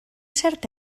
cert